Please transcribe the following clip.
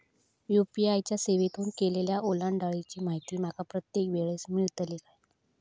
UPI च्या सेवेतून केलेल्या ओलांडाळीची माहिती माका प्रत्येक वेळेस मेलतळी काय?